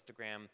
Instagram